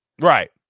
right